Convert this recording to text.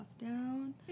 down